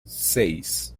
seis